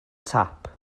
tap